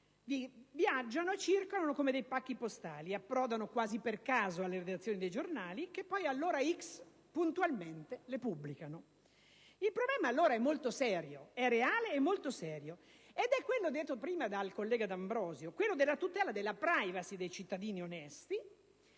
viaggiano e circolano come dei pacchi postali, approdano quasi per caso alle redazioni dei giornali, che poi all'ora «x» puntualmente le pubblicano. Il problema allora è reale e molto serio, ed è quello evidenziato prima dal collega D'Ambrosio: quello della tutela della *privacy* dei cittadini onesti